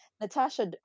Natasha